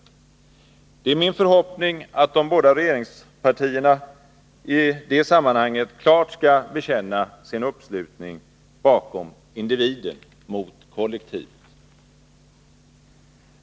Det är min förhoppning att de båda regeringspartierna i det sammanhanget klart kommer att bekänna sin uppslutning bakom individen och mot kollektivet.